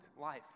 life